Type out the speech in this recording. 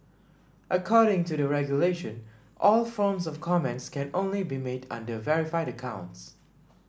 according to the regulation all forms of comments can only be made under verified accounts